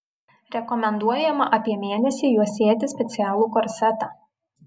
rekomenduojama apie mėnesį juosėti specialų korsetą